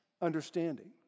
understanding